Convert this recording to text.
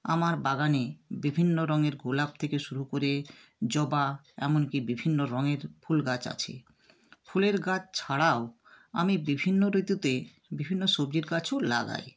আমার বাগানে বিভিন্ন রঙের গোলাপ থেকে শুরু করে জবা এমন কি বিভিন্ন রঙের ফুল গাছ আছে ফুলের গাছ ছাড়াও আমি বিভিন্ন ঋতুতে বিভিন্ন সবজির গাছও লাগাই